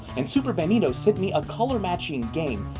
and superbanito sent me a colour matching game,